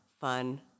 fun